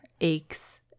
aches